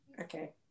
Okay